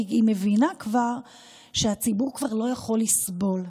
כי היא כבר מבינה שהציבור לא יכול לסבול,